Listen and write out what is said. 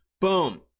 Boom